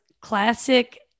classic